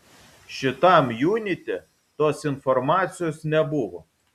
šitam junite tos informacijos nebuvo